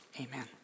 amen